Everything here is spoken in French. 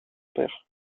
père